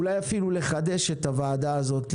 אולי אפילו לחדש את הוועדה הזאת,